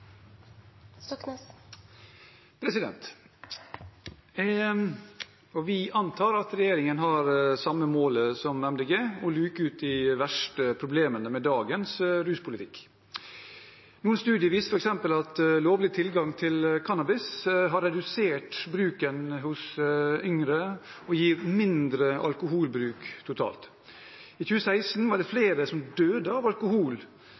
regjeringens plattform. Vi antar at regjeringen har det samme målet som Miljøpartiet De Grønne: å luke ut de verste problemene med dagens ruspolitikk. Noen studier viser f.eks. at lovlig tilgang til cannabis har redusert bruken hos yngre og gir mindre alkoholbruk totalt. I 2016 var det flere som døde av